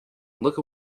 look